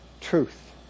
truth